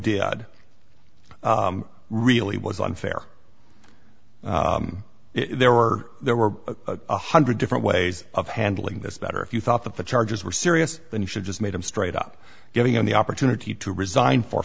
odd really was unfair if there were there were a hundred different ways of handling this matter if you thought that the charges were serious then you should just make them straight up giving him the opportunity to resign for